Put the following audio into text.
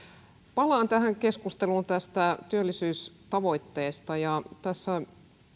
palaan tähän keskusteluun tästä työllisyystavoitteesta tässä